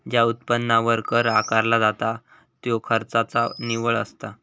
ज्या उत्पन्नावर कर आकारला जाता त्यो खर्चाचा निव्वळ असता